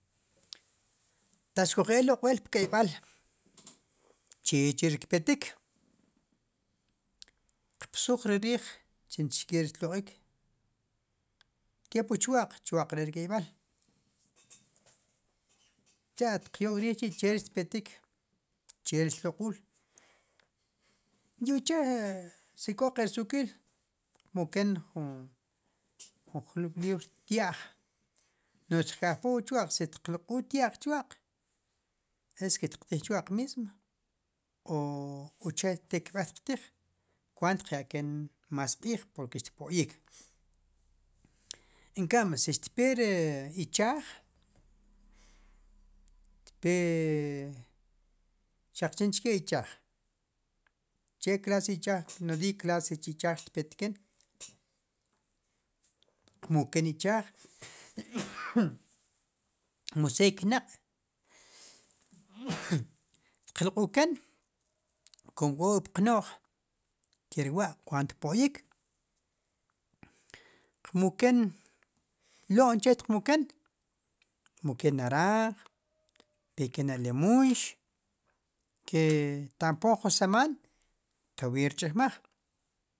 Taq xkujek' loq'wel pk'eyb'al che chi ri kpetik qb'us rerij chinchike ri xloq'ik' kepu chiwaq chiwaq re ri k'eyb'al cha' xqyok rijchi che ri xpetit cheri xloq'ul uche si k'o q'i rsuk'il xqmuken jun jub'librar tia'j nu xqkajpo ri chiwaq si xtiq'ul ri tia'j chiwaq esque tqtij chuwaq mismo o oche te kb'ej xtiqtij kuant xtqyaken mas q'ib' porque xpoqik enkam si xperi ichaj xaq chichike ichaj che klas ichaj no diay klas chi ichaj tpetken tqmukem r ichaj mu sey k'na'q q'uken komo k'ok'a qnoj keriwa kuantpoyik qmuken lom che tqmuken yqmuken najan tpeken alemux tampon ju seman tovin xchijmaj